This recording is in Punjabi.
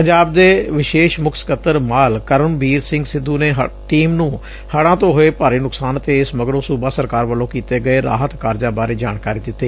ਪੰਜਾਬ ਦੇ ਵਿਸ਼ੇਸ਼ ਮੁੱਖ ਸਕੱਤਰ ਮਾਲ ਕਰਨਬੀਰ ਸਿੰਘ ਸਿੱਧੂ ਨੇ ਟੀਮ ਨੂੰ ਹੜ੍ਹਾਂ ਤੋ ਹੋਏ ਭਾਰੀ ਨੁਕਸਾਨ ਅਤੇ ਇਸ ਮਗਰੋਂ ਸੂਬਾ ਸਰਕਾਰ ਵੱਲੋਂ ਕੀਤੇ ਗਏ ਰਾਹਤ ਕਾਰਜਾਂ ਬਾਰੇ ਜਾਣਕਾਰੀ ਦਿੱਤੀ